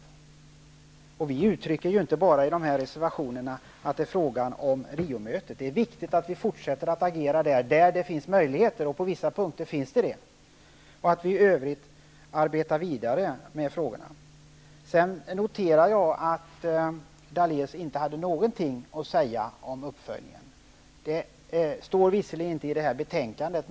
I reservationerna uttrycker vi inte att det bara är fråga om Rio-mötet. Det är viktigt att vi fortsätter att agera där det finns möjligheter. På vissa punkter finns sådana möjligheter. I övrigt skall vi arbeta vidare med frågorna. Jag noterar att Lennart Daléus inte hade någonting att säga om uppföljningen. Det står visserligen inte något om det i betänkandet.